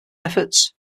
efforts